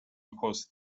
equals